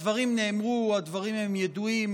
הדברים נאמרו, הדברים ידועים.